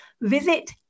Visit